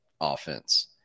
offense